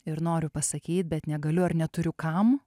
ir noriu pasakyt bet negaliu ar neturiu kam